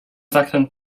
zakręt